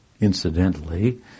incidentally